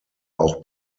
auch